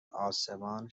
آسمان